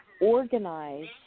organize